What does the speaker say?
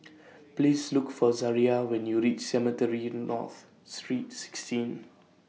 Please Look For Zaria when YOU REACH Cemetry North Street sixteen